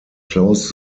close